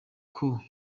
anywa